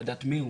לדעת מי הוא